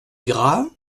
grads